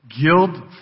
guilt